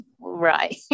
Right